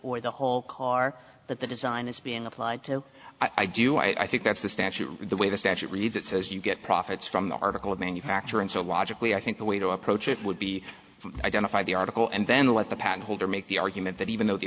or the whole car that the design is being applied to i do i think that's the statute the way the statute reads it says you get profits from the article of manufacture and so logically i think the way to approach it would be identify the article and then let the patent holder make the argument that even though the